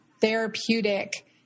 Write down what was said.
therapeutic